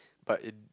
but in